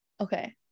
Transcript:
okay